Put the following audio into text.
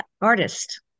artist